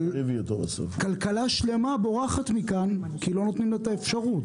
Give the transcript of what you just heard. אבל כלכלה שלמה בורחת מכאן כי לא נותנים לה את האפשרות.